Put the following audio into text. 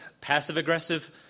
passive-aggressive